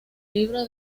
libro